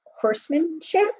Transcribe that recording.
horsemanship